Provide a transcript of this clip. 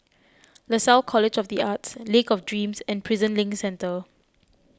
Lasalle College of the Arts Lake of Dreams and Prison Link Centre